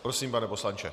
Prosím, pane poslanče.